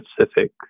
specific